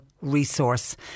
resource –